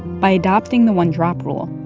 by adopting the one-drop rule,